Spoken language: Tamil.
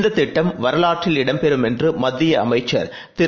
இந்ததிட்டம் வரவாற்றில் இடம் பெறும் என்றுமத்தியஅமைச்சர் திரு